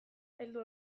heldu